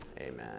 Amen